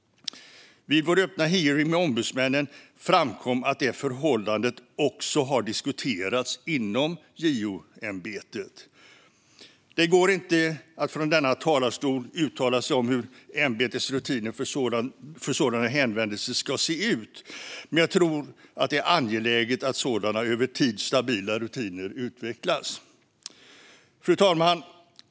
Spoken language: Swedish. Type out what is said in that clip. Vid vår öppna hearing med ombudsmännen framkom att det förhållandet också har diskuterats inom JO-ämbetet. Det går inte att från denna talarstol uttala sig om hur ämbetets rutiner för sådana hänvändelser ska se ut, men jag tror att det är angeläget att sådana över tid stabila rutiner utvecklas. Fru talman!